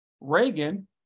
reagan